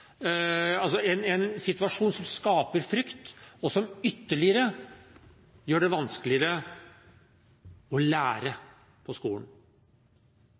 situasjon som skaper frykt, og som gjør det ytterligere vanskelig å lære på skolen.